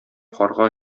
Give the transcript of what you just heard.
карга